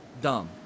dumb